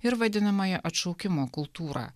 ir vadinamąją atšaukimo kultūrą